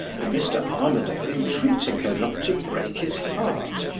and mr. armadale entreating her not to break his heart.